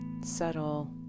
subtle